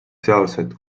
sealsed